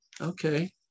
Okay